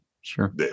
Sure